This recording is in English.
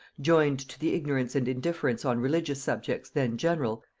joined to the ignorance and indifference on religious subjects then general,